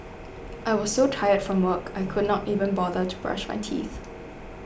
I was so tired from work I could not even bother to brush my teeth